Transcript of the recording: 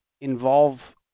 involve